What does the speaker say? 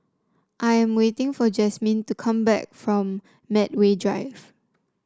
I am waiting for Jasmin to come back from Medway Drive